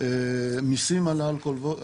מיסים על האלכוהול,